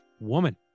Woman